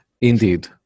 Indeed